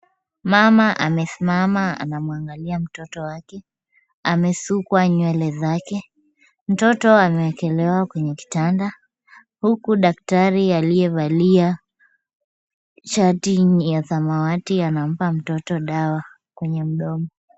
Mama amesimama anamwangalia mtoto wake amesukwa nywele zake, mtoto ameekelewa kwenye kitanda huku daktari aliyevalia shati ya samawati anampa mtoto dawa kwenye mdomo.